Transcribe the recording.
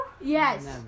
Yes